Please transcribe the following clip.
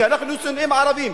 כי אנחנו שונאים ערבים.